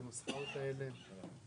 השכיחים כיום בהם מתקיימת משמורת משותפת